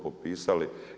potpisali.